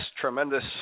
tremendous